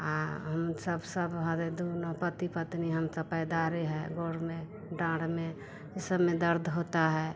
हाँ हम सब सब हबे दूनो पति पत्नी हम ता पैदारे हैं गोड़ में डाँड में ये सब में दर्द होता है